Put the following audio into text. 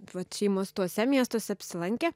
vat šeimos tuose miestuose apsilankę